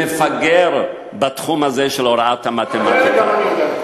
מפגר בתחום הזה של הוראת המתמטיקה.